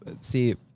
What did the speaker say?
See